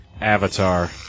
Avatar